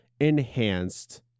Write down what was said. enhanced